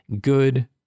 good